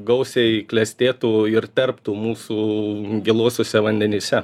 gausiai klestėtų ir tarptų mūsų gėluosiuose vandenyse